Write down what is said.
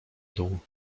dół